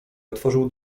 otworzył